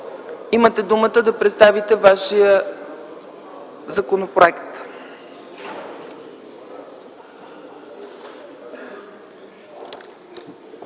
имате думата да представите Вашия законопроект.